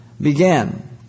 began